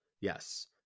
Yes